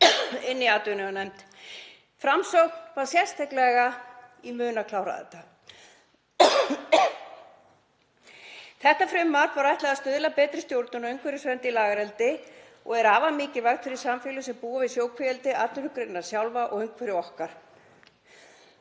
vinnu í atvinnuveganefnd. Framsókn var sérstaklega í mun að klára þetta. Þessu frumvarpi var ætlað að stuðla að betri stjórnun og umhverfisvernd í lagareldi og er afar mikilvægt fyrir samfélög sem búa við sjókvíaeldi, atvinnugreinina sjálfa og umhverfi okkar.